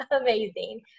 amazing